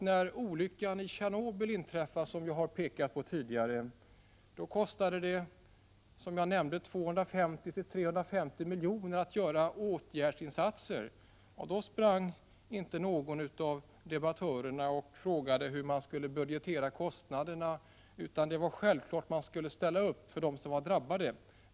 När olyckan i Tjernobyl, som jag har påmint om tidigare, inträffade kostade det 250-350 miljoner för att vidta åtgärder, men då sprang inte någon av debattörerna och frågade hur kostnaderna skulle budgeteras, utan det var självklart att man skulle ställa upp för de drabbade.